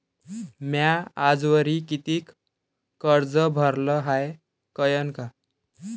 म्या आजवरी कितीक कर्ज भरलं हाय कळन का?